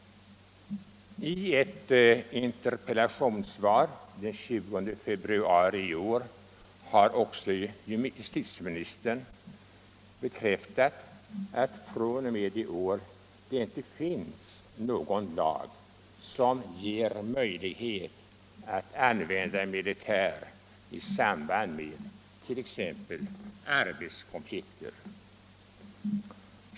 I ett interpellationssvar den 20 februari i år har justitieministern vidare bekräftat att det fr.o.m. i år inte finns någon lag som ger möjlighet att använda militär i samband med t.ex. arbetskonflikter.